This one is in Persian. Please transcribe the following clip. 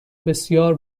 بسیار